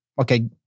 okay